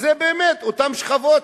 וזה באמת אותן שכבות,